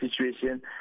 situation